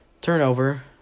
turnover